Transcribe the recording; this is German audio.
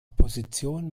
position